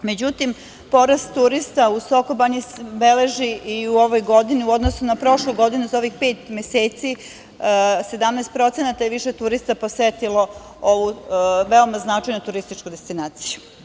Međutim, broj turista u Sokobanji beleži i u ovoj godini rast u odnosu na prošlu godinu, za ovih pet meseci 17% i više turista posetilo je ovu veoma značajnu turističku destinaciju.